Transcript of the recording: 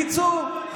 בקיצור,